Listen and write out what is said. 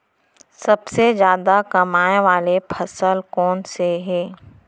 सबसे जादा कमाए वाले फसल कोन से हे?